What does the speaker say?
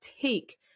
take